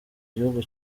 gihugu